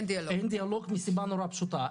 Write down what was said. מסיבה מאוד פשוטה.